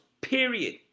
Period